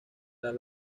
las